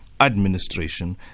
administration